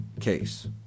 case